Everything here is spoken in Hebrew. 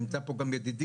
ונמצא פה גם ידידי,